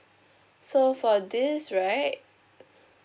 so for this right